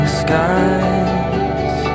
skies